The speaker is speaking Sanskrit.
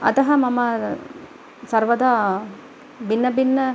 अतः मम सर्वदा भिन्नभिन्नं